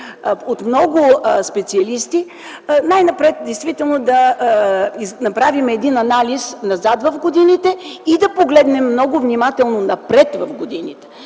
от много специалисти, най-напред да направим един анализ назад в годините и да погледнем много внимателно напред в годините.